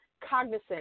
cognizant